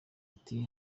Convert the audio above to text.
ati